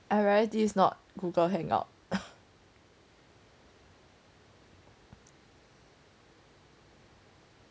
I realised this is not google hangout